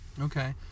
okay